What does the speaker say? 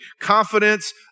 Confidence